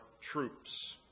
troops